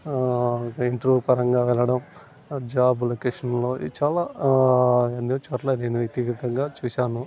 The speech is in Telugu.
ఇంట్రోపరంగా వెళ్ళడం జాబ్ లొకేషన్లో చాలా ఆ అన్నిచోట్ల నేను వ్యక్తిగతంగా చేసాను